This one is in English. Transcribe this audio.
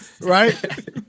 right